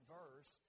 verse